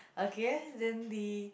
okay then the